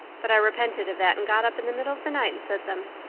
but i repented of that and got up in the middle of the night and said them.